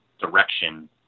direction